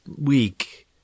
week